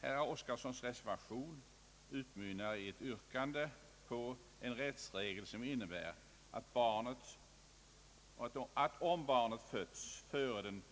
Herr Oskarsons reservation utmynnar i ett yrkande på en rättsregel som innebär att äldre lag skall gälla om barnet fötts före den